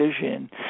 vision